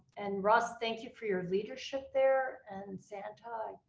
and russ, thank you for your leadership there, and and santa,